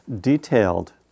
detailed